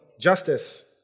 justice